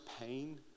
pain